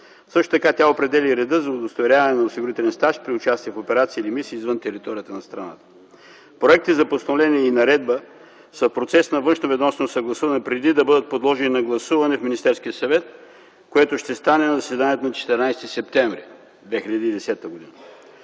Също така тя определя и реда за удостоверяване на осигурителен стаж при участие в операции или мисии извън територията на страната. Проектите за постановление и наредба са в процес на външноведомствено съгласуване преди да бъдат подложени на гласуване в Министерския съвет, което ще стане на заседанието на 14 септември 2010 г.